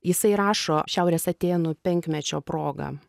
jisai rašo šiaurės atėnų penkmečio proga